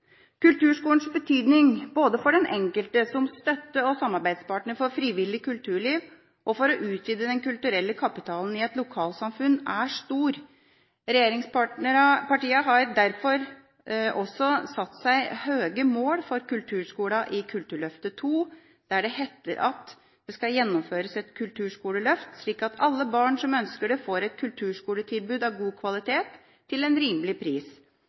Kulturskolens betydning både for den enkelte, som støtte og samarbeidspartner for frivillig kulturliv, og for å utvide den kulturelle kapitalen i et lokalsamfunn er stor. Regjeringspartiene har derfor satt seg høye mål for kulturskolene i Kulturløftet II, der det heter at: «Det skal gjennomføres et kulturskoleløft slik at alle barn som ønsker det får et kulturskoletilbud av god kvalitet til en rimelig pris.